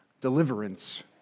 Deliverance